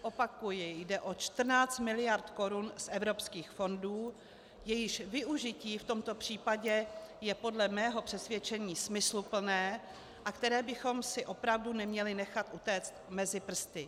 Opakuji, jde o 14 mld. korun z evropských fondů, jejichž využití v tomto případě je podle mého přesvědčení smysluplné a které bychom si opravdu neměli nechat utéct mezi prsty.